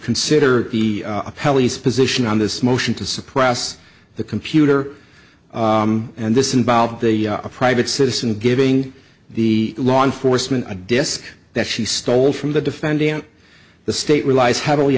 consider the pelleas position on this motion to suppress the computer and this involved the a private citizen giving the law enforcement a desk that she stole from the defendant the state relies heavily